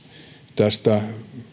tästä